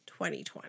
2020